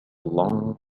long